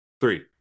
Three